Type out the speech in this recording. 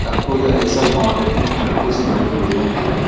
தற்போது அய்சால் மாவட்டத்தில் தடுப்பூசி மையம் எதுவும் இல்லை